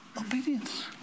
obedience